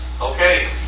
okay